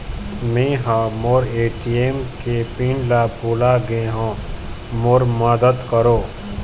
मै ह मोर ए.टी.एम के पिन ला भुला गे हों मोर मदद करौ